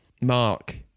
mark